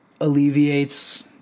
alleviates